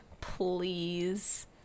please